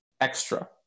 extra